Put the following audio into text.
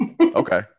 okay